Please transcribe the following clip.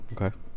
Okay